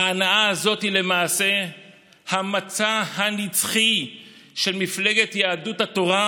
ההנאה הזאת היא למעשה המצע הנצחי של מפלגת יהדות התורה,